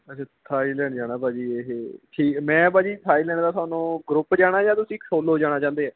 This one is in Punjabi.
ਅੱਛਾ ਥਾਈਲੈਂਡ ਜਾਣਾ ਭਾਅ ਜੀ ਇਹ ਠੀਕ ਮੈਂ ਭਾਅ ਜੀ ਥਾਈਲੈਂਡ ਦਾ ਤੁਹਾਨੂੰ ਗਰੁੱਪ ਜਾਣਾ ਜਾਂ ਤੁਸੀਂ ਸੋਲੋ ਜਾਣਾ ਚਾਹੁੰਦੇ ਹੈ